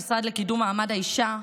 המשרד לקידום מעמד האישה.